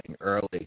early